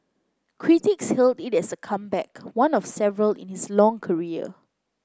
critics hailed it as a comeback one of several in his long career